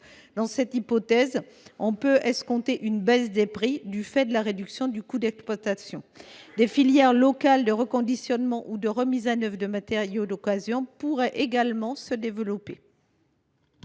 Dans cette hypothèse, on peut escompter une baisse des prix, du fait de la réduction du coût d’exploitation. Des filières locales de reconditionnement ou de remise à neuf de matériel d’occasion pourraient en outre se développer.